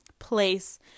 place